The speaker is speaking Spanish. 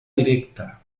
directa